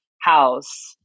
house